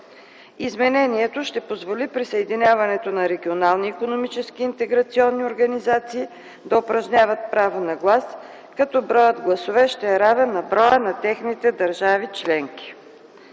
Изменението ще позволи присъединяването на регионални икономически интеграционни организации да упражняват право на глас, като броят гласове ще е равен на броя на техните държави членки.